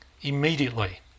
Immediately